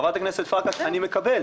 חברת הכנסת פרקש, אני מקבל.